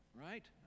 Right